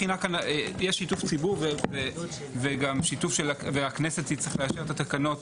יהיה שיתוף ציבור והכנסת תצטרך לאשר את התקנות